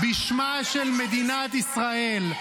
-- בשמה של מדינת ישראל.